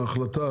להחלטה